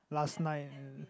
last night